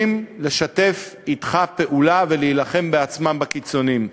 לשתף אתך פעולה ולהילחם בעצמם בקיצונים.